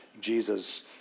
Jesus